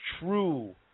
true